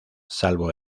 salvo